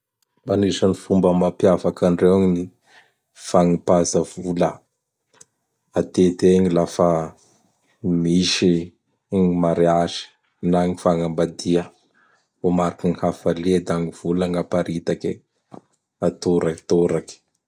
Agnisan'ny fomba mampiavaky andreo gny ny fanipaza vola atety egn lafa misy gn ny mariazy nagn fagnambadia. Ho mariky ny hafakia da gny vola gn'aparitaky, atoraktoraky.